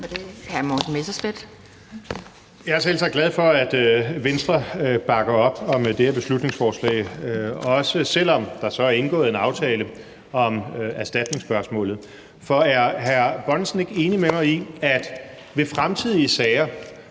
Jeg er selvsagt glad for, at Venstre bakker op om det her beslutningsforslag, også selv om der så er indgået en aftale om erstatningsspørgsmålet. Er hr. Erling Bonnesen ikke enig med mig i, at en fremtidig regering